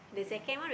yeah